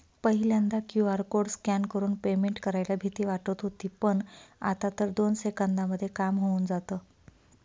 पहिल्यांदा QR code scan करून payment करायला भीती वाटत होती पण, आता तर दोन सेकंदांमध्ये काम होऊन जातं